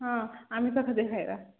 ହଁ ଆମିଷ ଦେଖି ଖାଇବା